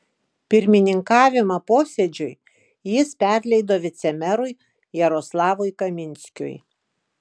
pirmininkavimą posėdžiui jis perleido vicemerui jaroslavui kaminskiui